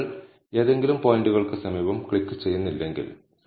നിങ്ങൾ ഏതെങ്കിലും പോയിന്റുകൾക്ക് സമീപം ക്ലിക്ക് ചെയ്യുന്നില്ലെങ്കിൽ 0